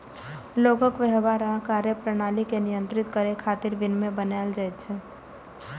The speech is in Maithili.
लोगक व्यवहार आ कार्यप्रणाली कें नियंत्रित करै खातिर विनियम बनाएल जाइ छै